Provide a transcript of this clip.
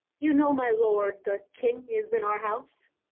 you know, my lord, the king is in our house.